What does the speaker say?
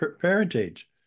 parentage